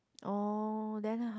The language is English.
oh then how